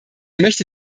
möchte